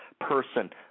person